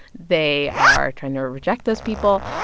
they are trained to reject those people,